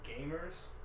gamers